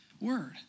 word